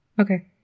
Okay